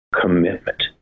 commitment